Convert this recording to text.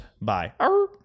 Bye